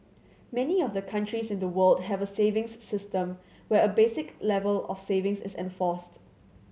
many of the countries in the world have savings system where a basic level of savings is enforced